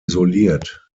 isoliert